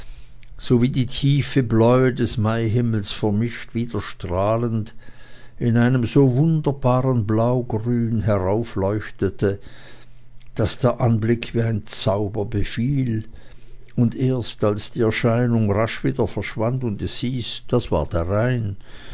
sowie die tiefe bläue des maihimmels vermischt widerstrahlend in einem so wunderbaren blaugrün heraufleuchtete daß der anblick mich wie ein zauber befiel und erst als die erscheinung rasch wieder verschwand und es hieß das war der rhein